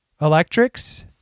electrics